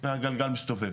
והגלגל מסתובב.